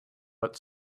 but